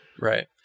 Right